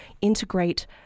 integrate